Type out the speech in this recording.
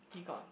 he got